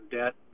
debt